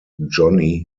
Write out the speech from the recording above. johnnie